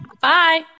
bye